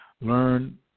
learn